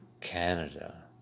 Canada